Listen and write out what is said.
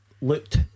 looked